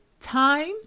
time